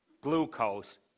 glucose